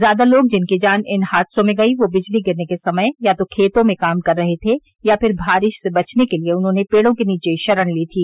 ज्यादा लोग जिनकी जान इन हादसों में गई वो बिजली गिरने के समय या तो खेतों में काम कर रहे थे या फिर बारिश से बचने के लिए उन्होंने पेड़ों के नीचे शरण ली थी